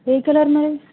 ఏ colour మరి